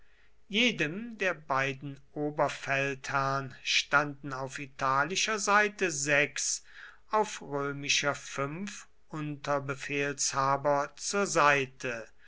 jedem der beiden oberfeldherrn standen auf italischer seite sechs auf römischer fünf unterbefehlshaber zur seite